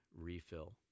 refill